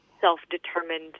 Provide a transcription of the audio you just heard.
self-determined